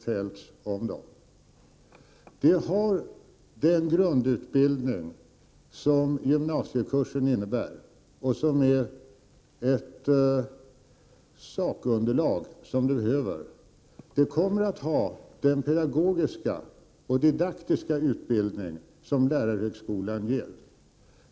Dessa lärare har den grundutbildning som gymnasiekursen innebär och som ger ett sakunderlag som de behöver. De kommer att ha den pedagogiska och didaktiska utbildning som lärarhögskolan ger.